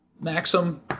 maxim